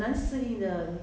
会发神经 hor